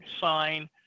sign